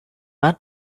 one